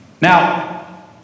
Now